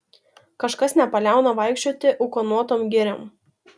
kažkas nepaliauna vaikščioti ūkanotom giriom